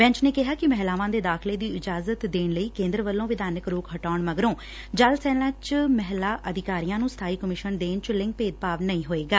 bench ਨੇ ਕਿਹਾ ਕਿ ਮਹਿਲਾਵਾਂ ਦੇ ਦਾਖ਼ਲੇ ਦੀ ਇਜ਼ਾਜਤ ਦੇਣ ਲਈ ਕੇਂਦਰ ਵੱਲੋਂ ਵਿਧਾਨਕ ਰੋਕ ਹਟਾਉਣ ਮਗਰੋਂ ਜਲ ਸੈਨਾ 'ਚ ਮਹਿਲਾ ਅਧਿਕਾਰੀਆਂ ਨੂੰ ਸਬਾਈ ਕਮਿਸ਼ਨ ਦੇਣ 'ਚ ਲਿੰਗ ਭੇਦ ਭਾਵ ਨਹੀਂ ਹੋਏਗਾ